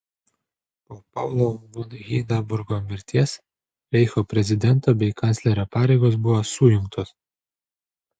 po paulo von hindenburgo mirties reicho prezidento bei kanclerio pareigos buvo sujungtos